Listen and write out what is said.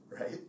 Right